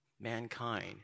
mankind